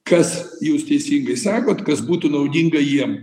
kas jūs teisingai sakot kas būtų naudinga jiem